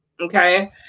okay